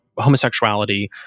homosexuality